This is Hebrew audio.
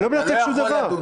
אני לא מנתק שום דבר.